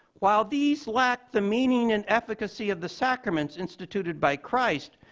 while these lack the meaning and efficacy of the sacraments instituted by christ,